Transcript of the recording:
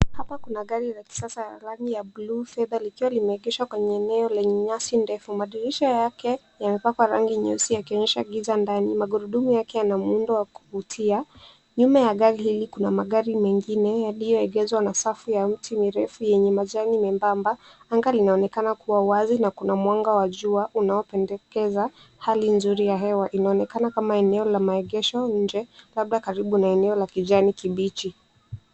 Hapa kuna gari la kisasa la rangi ya blue fedha, likiwa limeegeshwa kwenye eneo lenye nyasi ndefu. Madirisha yake yamepakwa rangi nyeusi, yakionyesha giza ndani. Magurudumu yake yana muundo wa kuvutia. Nyuma ya gari hili, kuna magari mengine yaliyoegezwa na safu ya miti mirefu yenye majani membamba. Anga linaonekana kuwa wazi na kuna mwanga wa jua, unaopendekeza hali nzuri ya hewa. Inaonekana kama eneo la maegesho nje, labda karibu na eneo la kijani kibichi.